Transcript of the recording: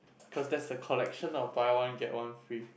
cause that's a collection of buy one get one free